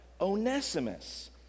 Onesimus